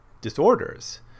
disorders